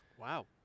Wow